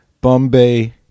Bombay